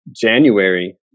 January